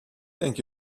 thank